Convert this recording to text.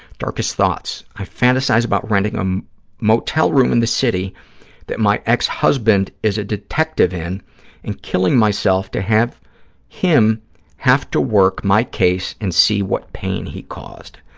darkest thoughts. i fantasize about renting a um motel room in the city that my ex-husband is a detective in and killing myself to have him have to work my case and see what pain he caused.